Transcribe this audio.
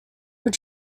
were